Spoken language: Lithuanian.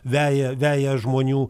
veja veja žmonių